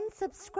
unsubscribe